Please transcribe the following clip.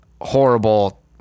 horrible